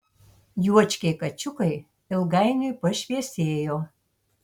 juočkiai kačiukai ilgainiui pašviesėjo